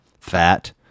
Fat